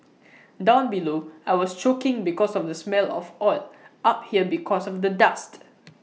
down below I was choking because of the smell of oil up here because of the dust